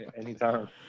anytime